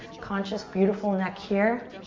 conscious, beautiful neck here.